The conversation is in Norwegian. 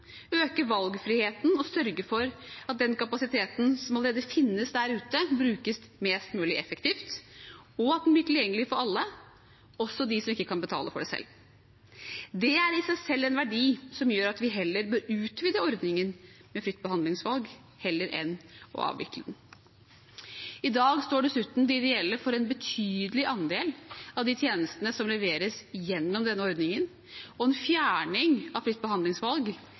øke valgfriheten og sørge for at den kapasiteten som allerede finnes der ute, brukes mest mulig effektivt og blir tilgjengelig for alle – også dem som ikke kan betale for det selv. Det er i seg selv en verdi som gjør at vi bør utvide ordningen med fritt behandlingsvalg heller enn å avvikle den. I dag står dessuten de ideelle for en betydelig andel av de tjenestene som leveres gjennom denne ordningen, og en fjerning av fritt behandlingsvalg,